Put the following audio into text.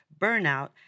burnout